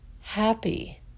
happy